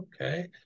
Okay